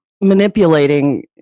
manipulating